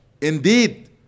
Indeed